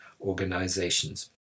organizations